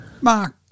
Mark